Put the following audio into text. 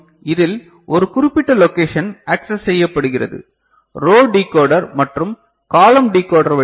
இதில் ஒரு குறிப்பிட்ட லொகேஷன் ஆக்செஸ் செய்யப்படுகிறது ரோ டிகோடர் மற்றும் காலம் டிகோடர் வழியாக